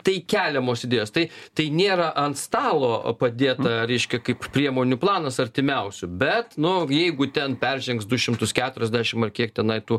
tai keliamos idėjos tai tai nėra ant stalo padėta reiškia kaip priemonių planas artimiausių bet nu jeigu ten peržengs du šimtus keturiasdešim ar kiek tenai tų